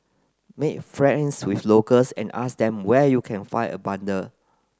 make friends with locals and ask them where you can find a bundle